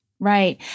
Right